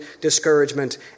discouragement